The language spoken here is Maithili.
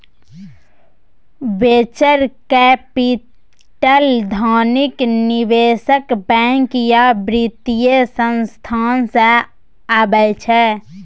बेंचर कैपिटल धनिक निबेशक, बैंक या बित्तीय संस्थान सँ अबै छै